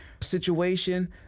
situation